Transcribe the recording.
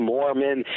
Mormon